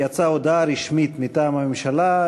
יצאה הודעה רשמית מטעם הממשלה.